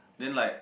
then like